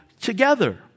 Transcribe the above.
together